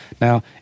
Now